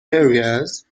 areas